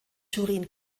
turin